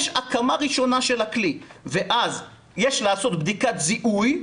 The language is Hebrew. יש הקמה ראשונה של הכלי ואז יש לעשות בדיקת זיהוי,